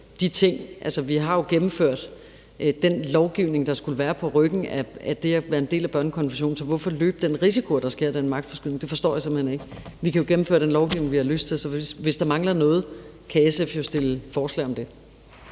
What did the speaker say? Vi har jo gennemført den lovgivning, der skulle være på ryggen af det at være en del af børnekonventionen, så hvorfor løbe den risiko, at der sker den magtforskydning? Det forstår jeg simpelt hen ikke. Vi kan jo gennemføre den lovgivning, vi har lyst til, så hvis der mangler noget, kan SF jo fremsætte forslag om det.